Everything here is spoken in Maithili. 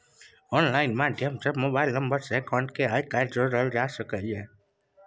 आनलाइन माध्यम सँ मोबाइल नंबर सँ अकाउंट केँ आइ काल्हि जोरल जा सकै छै